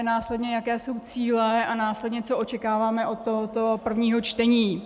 Následně, jaké jsou cíle, a následně, co očekáváme od tohoto prvního čtení.